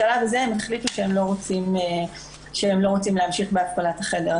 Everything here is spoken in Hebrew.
בשלב הזה הם החליטו שהם לא רוצים להמשיך בהפעלת החדר,